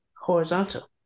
Horizontal